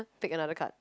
pick another card